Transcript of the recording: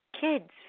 Kids